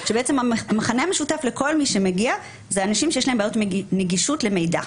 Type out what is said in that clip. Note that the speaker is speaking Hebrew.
שהמכנה המשותף לכל מי שמגיע זה אנשים שיש להם בעיות נגישות למידע,